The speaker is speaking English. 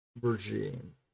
regime